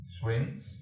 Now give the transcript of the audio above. Swings